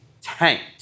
tanked